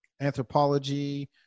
anthropology